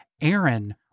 Aaron